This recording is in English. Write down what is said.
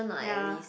ya